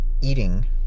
eating